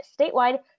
statewide